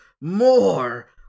more